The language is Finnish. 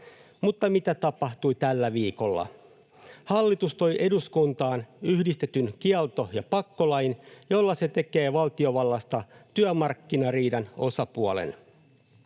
Mutta mitä tapahtui tällä viikolla? Hallitus toi eduskuntaan yhdistetyn kielto- ja pakkolain, jolla se tekee valtiovallasta työmarkkinariidan osapuolen.